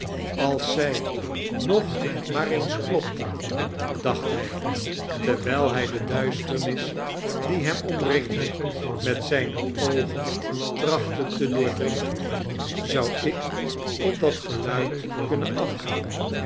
als zij nog maar eens klopten dacht hij terwijl hij de duisternis die hem omringde met zijne oogen trachtte te doordringen zou ik op dat gelufd kunnen afgaan